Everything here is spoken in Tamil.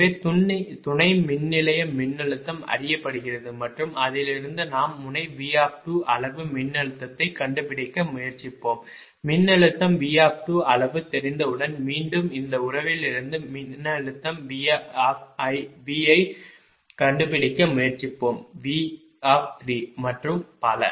எனவே துணை மின்நிலைய மின்னழுத்தம் அறியப்படுகிறது மற்றும் அதிலிருந்து நாம் முனை V அளவு மின்னழுத்தத்தைக் கண்டுபிடிக்க முயற்சிப்போம் மின்னழுத்தம் V அளவு தெரிந்தவுடன் மீண்டும் இந்த உறவிலிருந்து மின்னழுத்தம் V ஐ கண்டுபிடிக்க முயற்சிப்போம் V மற்றும் பல